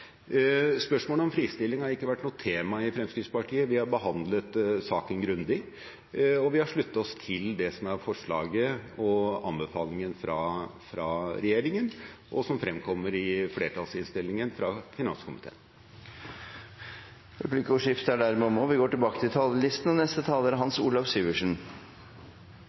Spørsmålet om fristilling har ikke vært noe tema i Fremskrittspartiet. Vi har behandlet saken grundig, og vi har sluttet oss til det som er forslaget og anbefalingen fra regjeringen, og som fremkommer i flertallsinnstillingen fra finanskomiteen. Dermed er replikkordskiftet omme. Finanskrisen rammet EU hardt. Erfaringen i mange EU-land var at reguleringene og tilsynet med banker og